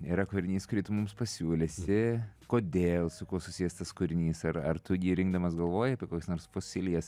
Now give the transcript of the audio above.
yra kūrinys kurį tu mums pasiūlysi kodėl su kuo susijęs tas kūrinys ar ar tu jį rinkdamas galvojai apie kokias nors fosilijas